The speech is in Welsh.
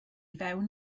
fewn